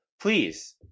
please